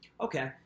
Okay